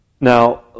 Now